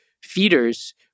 feeders